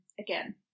again